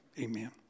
amen